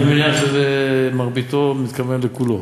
אני מניח ש"מרביתו" מתכוון לכולו.